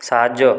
সাহায্য